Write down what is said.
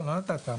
לא, לא נתת.